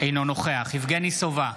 אינו נוכח יבגני סובה,